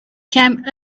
camp